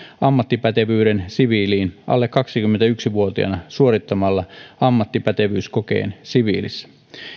ammattipätevyyden siviiliin alle kaksikymmentäyksi vuotiaana suorittamalla ammattipätevyyskokeen siviilissä